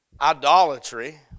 idolatry